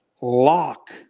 lock